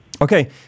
Okay